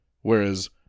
whereas